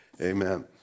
Amen